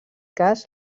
cas